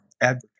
advertise